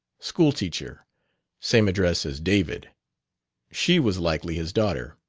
schooltchr, same address as david she was likely his daughter.